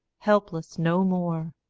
helpless no more,